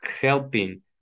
helping